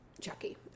Chucky